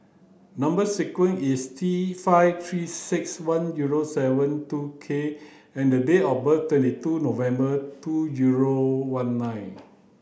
number sequence is T five three six one zero seven two K and date of birth is twenty two November two zero one nine